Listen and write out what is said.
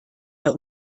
der